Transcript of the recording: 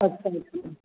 अच्छा अच्छा